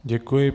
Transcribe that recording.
Děkuji.